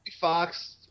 fox